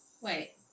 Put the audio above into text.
wait